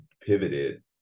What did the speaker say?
pivoted